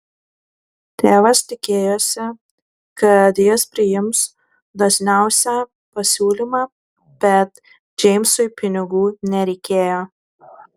tėvas tikėjosi kad jis priims dosniausią pasiūlymą bet džeimsui pinigų nereikėjo